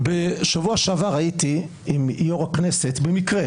בשבוע שעבר הייתי עם יושב-ראש הכנסת במקרה